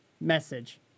Message